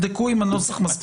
תבדקו את הנוסח, אם הוא מספיק.